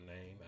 name